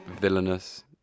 villainous